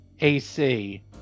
AC